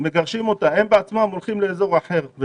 והם בעצם הולכים לאזור אחר.